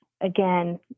again